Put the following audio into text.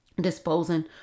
disposing